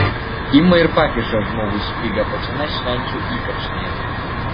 ima ir pakiša žmogui špygą pačiame švenčių įkarštyje